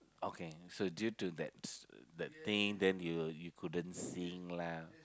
okay so due to that's that thing then you you couldn't sing lah